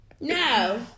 No